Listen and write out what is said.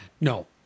No